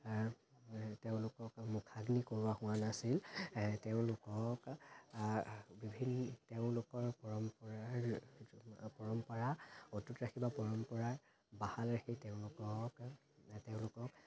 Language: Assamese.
তেওঁলোকক মুখাগ্নি কৰোৱা হোৱা নাছিল তেওঁলোকক সেই তেওঁলোকৰ পৰম্পৰাৰ পৰম্পৰা অটুট ৰাখিব পৰম্পৰাৰ বাহাল ৰাখি তেওঁলোকক তেওঁলোকক